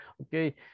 okay